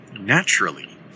naturally